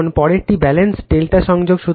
এখন পরেরটি ব্যালেন্সড ∆ সংযোগ